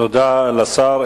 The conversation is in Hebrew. תודה לשר.